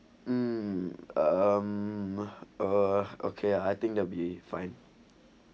mm um ah ah okay I think they'll be fine